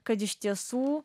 kad iš tiesų